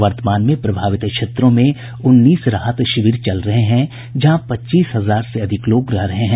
वर्तमान में प्रभावित इलाकों में उन्नीस राहत शिविर चल रहे हैं जहां पच्चीस हजार से अधिक लोग रह रहे हैं